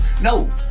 No